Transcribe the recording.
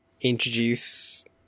introduce